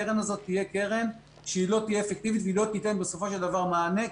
הקרן הזאת תהיה קרן לא אפקטיבית ולא תיתן בסופו של דבר מענה.